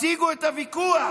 הציגו את הוויכוח,